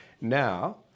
now